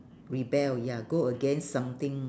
rebel ya go against something